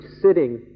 sitting